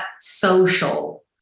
social